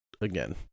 again